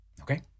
Okay